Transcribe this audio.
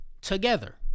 together